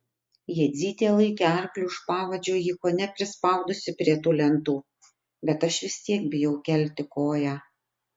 jadzytė laikė arklį už pavadžio jį kone prispaudusi prie tų lentų bet aš vis tiek bijau kelti koją